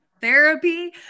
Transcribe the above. therapy